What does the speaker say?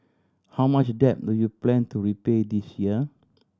how much debt do you plan to repay this year